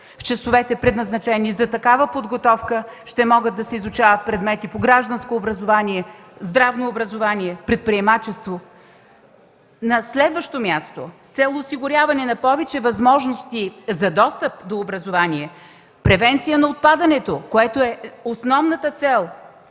В часовете, предназначени за такава подготовка, ще могат да се изучават предмети по гражданско образование, здравно образование, предприемачество. На следващо място, с цел осигуряване на повече възможности за достъп до образование, превенция на отпадането – основната цел